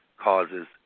causes